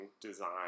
design